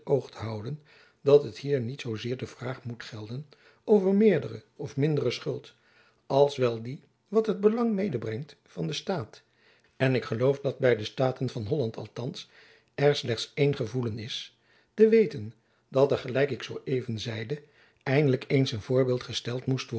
houden dat het hier niet zoo zeer de vraag moet gelden over meerdere of mindere schuld als wel die wat het belang medebrengt van den staat en ik geloof dat by de staten van holland althands er slechts één gevoelen is te weten dat er gelijk ik zoo even zeide eindelijk eens een voorbeeld gesteld moest